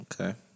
Okay